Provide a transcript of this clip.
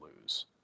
lose